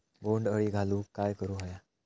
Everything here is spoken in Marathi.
बोंड अळी घालवूक काय करू व्हया?